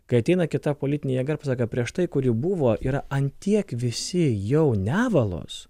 kai ateina kita politinė jėga ir pasako prieš tai kuri buvo yra ant tiek visi jau nevalos